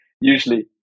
usually